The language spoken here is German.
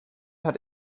hat